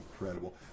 incredible